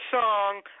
song